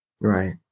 Right